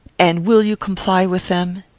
and will you comply with them?